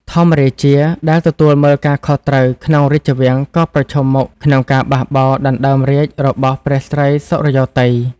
ធម្មរាជា ដែលទទួលមើលការខុសត្រូវក្នុងរាជវាំងក៏ប្រឈមមុខក្នុងការបោះបោរដណ្ដើមរាជ្យរបស់ព្រះស្រីសុរិយោទ័យ ។